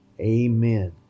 Amen